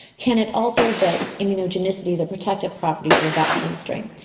can it alter the immunogenicity, the protective properties of a vaccine strain?